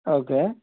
okay